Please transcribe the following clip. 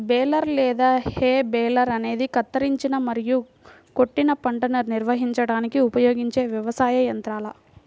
baler లేదా hay baler అనేది కత్తిరించిన మరియు కొట్టిన పంటను నిర్వహించడానికి ఉపయోగించే వ్యవసాయ యంత్రాల